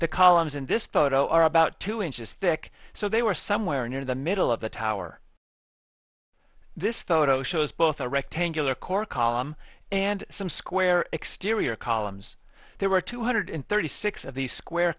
the columns in this photo are about two inches thick so they were somewhere near the middle of the tower this photo shows both a rectangular core column and some square exterior columns there were two hundred thirty six of these square